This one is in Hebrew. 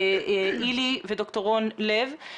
אילי וד"ר רון לב,